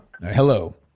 Hello